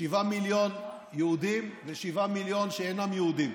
שבעה מיליון יהודים ושבעה מיליון שאינם יהודים,